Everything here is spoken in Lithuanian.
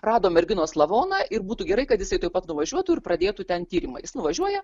rado merginos lavoną ir būtų gerai kad jisai tuoj pat nuvažiuotų ir pradėtų ten tyrimą jis nuvažiuoja